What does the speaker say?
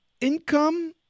income